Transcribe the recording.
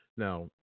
Now